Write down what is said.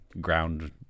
ground